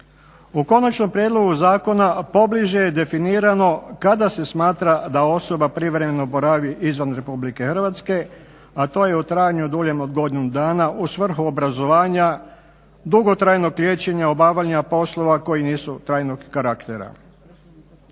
U konačnom prijedlogu zakona pobliže je definirano kada se smatra da osoba privremeno boravi izvan RH a to je u trajanju duljem od godinu dana u svrhu obrazovanja, dugotrajnog liječenja obavljanja poslova koji nisu trajnog karaktera.